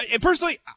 personally